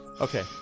Okay